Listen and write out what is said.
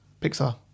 pixar